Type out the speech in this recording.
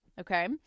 Okay